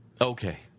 Okay